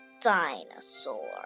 dinosaur